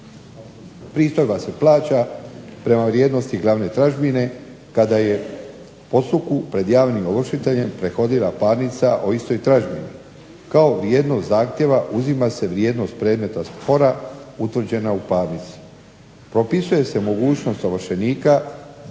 Pristojba se plaća prema vrijednosti glavne tražbine kada je postupku pred javnim ovršiteljem prethodila parnica o istoj tražbini kao vrijednost zahtjeva uzima se vrijednost predmeta spora utvrđena u parnici. Propisuje se mogućnost ovršenika da